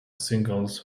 singles